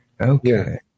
Okay